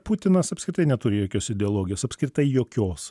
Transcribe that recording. putinas apskritai neturi jokios ideologijos apskritai jokios